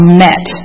met